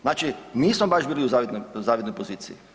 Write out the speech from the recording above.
Znači, nismo baš bili u zavidnoj poziciji.